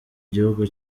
gihugu